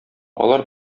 алар